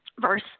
Verse